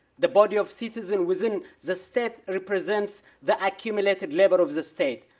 the body of citizen within the state represents the accumulated labor of the state,